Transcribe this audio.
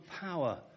power